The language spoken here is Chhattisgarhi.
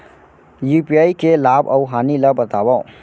यू.पी.आई के लाभ अऊ हानि ला बतावव